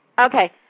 Okay